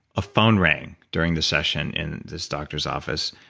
a phone rang during the session in this doctor's office.